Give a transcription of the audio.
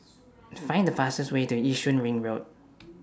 Find The fastest Way to Yishun Ring Road